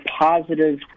positive